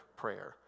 prayer